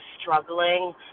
struggling